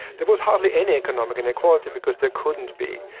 there was hardly any economic inequality because they couldn't be.